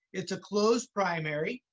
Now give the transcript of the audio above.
it's a closed primary.